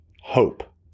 Hope